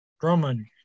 Drummond